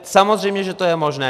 Samozřejmě že to je možné.